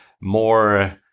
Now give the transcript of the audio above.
more